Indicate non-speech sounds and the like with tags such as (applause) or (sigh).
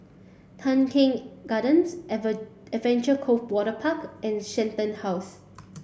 Tan Keng Gardens (unintelligible) Adventure Cove Waterpark and Shenton House